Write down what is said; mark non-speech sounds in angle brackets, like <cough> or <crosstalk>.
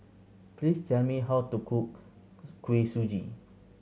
please tell me how to cook <unintelligible> Kuih Suji